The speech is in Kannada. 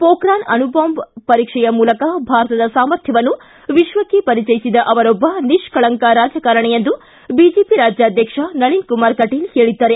ಪೋಖ್ರಾನ್ ಅಣುಬಾಂಬ್ ಪರೀಕ್ಷೆಯ ಮೂಲಕ ಭಾರತದ ಸಾಮರ್ಥ್ಯವನ್ನು ವಿಶ್ವಕ್ಕೆ ಪರಿಚಯಿಸಿದ ಅವರೊಬ್ಬ ನಿಷ್ಕಲಂಕ ರಾಜಕಾರಣಿ ಎಂದು ಬಿಜೆಪಿ ರಾಜ್ಯಾಧ್ಯಕ್ಷ ನಳಿನ್ಕುಮಾರ್ ಕಟೀಲ್ ಹೇಳಿದ್ದಾರೆ